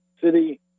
City